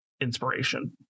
inspiration